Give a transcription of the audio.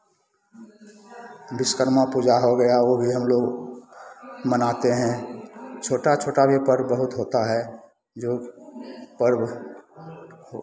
विश्वकर्मा पूजा हो गया वो भी हमलोग मनाते हैं छोटा छोटा भी पर्व बहुत होता है जो पर्व